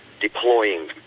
deploying